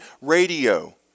radio